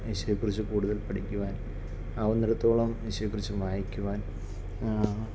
യേശുവിനെ കുറിച്ച് കൂടുതൽ പഠിക്കുവാൻ ആവുന്നിടത്തോളം യേശുവിനെ കുറിച്ച് വായിക്കുവാൻ